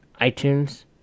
iTunes